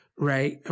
Right